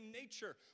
nature